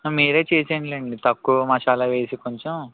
మీరే చేసేయండి లేండి తక్కువ మసాలా వేసి కొంచెం